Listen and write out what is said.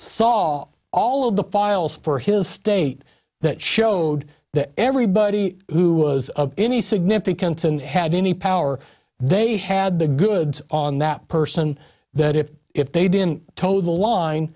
saw all of the files for his state that showed that everybody who was of any significance and had any power they had the goods on that person that if if they didn't told the line